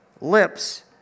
lips